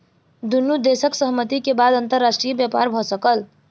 दुनू देशक सहमति के बाद अंतर्राष्ट्रीय व्यापार भ सकल